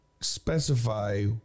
specify